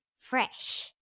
Fresh